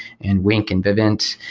and wink and vivint.